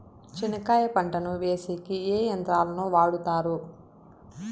చెనక్కాయ పంటను వేసేకి ఏ యంత్రాలు ను వాడుతారు?